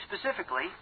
specifically